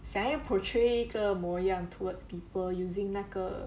想要 portray 一个模样 towards people using 那个